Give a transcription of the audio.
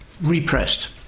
repressed